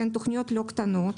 לא קטנות,